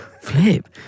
Flip